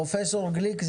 גליק,